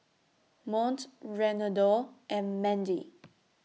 Mont Reynaldo and Mandie